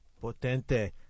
Potente